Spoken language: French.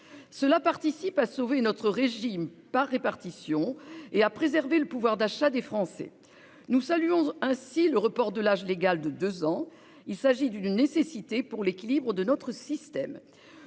permettra de sauver notre régime par répartition et de préserver le pouvoir d'achat des Français. Nous saluons ainsi le report de deux ans de l'âge légal. Il s'agit d'une nécessité pour l'équilibre de notre système.